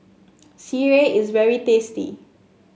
sireh is very tasty